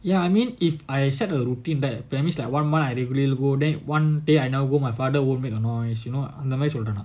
ya I mean if I set a routine bad that means that one month I don't really go then one day I never go my father wouldn't make a noise cause you know அந்தமாதிரிசொல்லறேன்நான்:antha mathiri sollaren